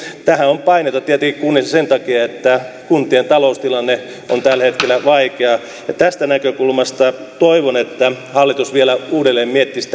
tähän on paineita kunnissa tietenkin sen takia että kuntien taloustilanne on tällä hetkellä vaikea ja tästä näkökulmasta toivon että hallitus vielä uudelleen miettisi